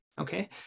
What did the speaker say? okay